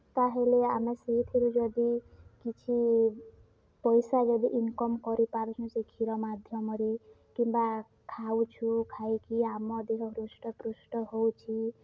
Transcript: ତା'ହେଲେ ଆମେ ସେଇଥିରୁ ଯଦି କିଛି ପଇସା ଯଦି ଇନ୍କମ୍ କରିପାରୁଛୁ ସେ କ୍ଷୀର ମାଧ୍ୟମରେ କିମ୍ବା ଖାଉଛୁ ଖାଇକି ଆମ ଦେହ ହୃଷ୍ଟପୃଷ୍ଟ ହେଉଛି